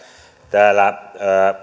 täällä